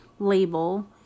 label